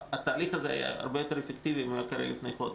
התהליך הזה היה הרבה יותר אפקטיבי אם הוא היה קורה לפני חודש.